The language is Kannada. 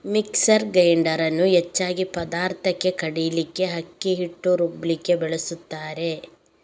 ಮಿಕ್ಸರ್ ಗ್ರೈಂಡರ್ ಅನ್ನು ಹೆಚ್ಚಾಗಿ ಪದಾರ್ಥಕ್ಕೆ ಕಡೀಲಿಕ್ಕೆ, ಅಕ್ಕಿ ಹಿಟ್ಟು ರುಬ್ಲಿಕ್ಕೆ ಬಳಸ್ತಾರೆ